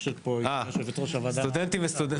יושבת פה יושב-ראש הוועדה למעמד האישה.